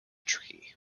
tree